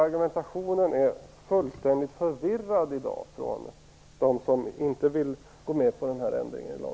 Argumentationen från dem som inte vill gå med på denna ändring i lagstiftningen är fullständigt förvirrad.